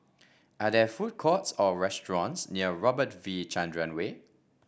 are there food courts or restaurants near Robert V Chandran Way